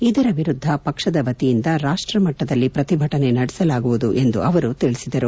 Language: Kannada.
ಇದರ ವಿರುದ್ಧ ಪಕ್ಷದ ವತಿಯಿಂದ ರಾಷ್ಟಮಟ್ಟದಲ್ಲಿ ಪ್ರತಿಭಟನೆ ನಡೆಸಲಾಗುವುದು ಎಂದು ಅವರು ತಿಳಿಸಿದರು